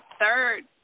third